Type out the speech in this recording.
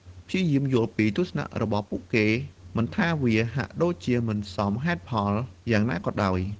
ព្យាយាមយល់ពីទស្សនៈរបស់ពួកគេ មិនថាវាហាក់ដូចជាមិនសមហេតុផលយ៉ាងណាក៏ដោយ។